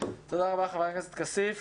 בטווח הקצר